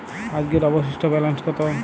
আজকের অবশিষ্ট ব্যালেন্স কত?